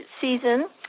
season